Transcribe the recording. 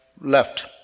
left